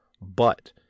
But